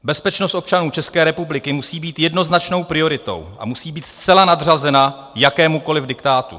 Bezpečnost občanů České republiky musí být jednoznačnou prioritou a musí být zcela nadřazena jakémukoliv diktátu.